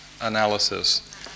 analysis